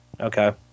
Okay